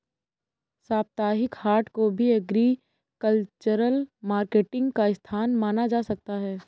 साप्ताहिक हाट को भी एग्रीकल्चरल मार्केटिंग का स्थान माना जा सकता है